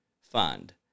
Fund